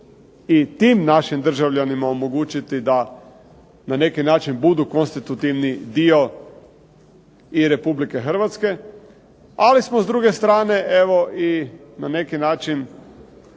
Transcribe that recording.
i tim našim državljanima omogućiti da na neki način budu konstitutivni dio i Republike Hrvatske. Ali smo s druge strane evo i na neki način